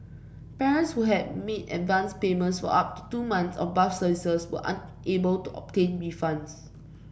parents who had made advanced payments of up to two months of bus services were unable to obtain refunds